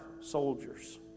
soldiers